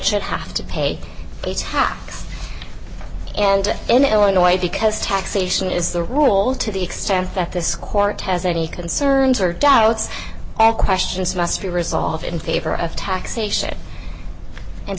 should have to pay a tax and in illinois because taxation is the rule to the extent that this court has any concerns or doubts and questions must be resolved in favor of taxation and